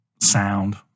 sound